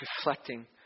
reflecting